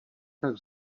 tak